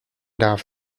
darf